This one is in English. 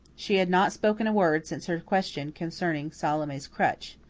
she had not spoken a word since her question concerning salome's crutch.